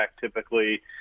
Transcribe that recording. typically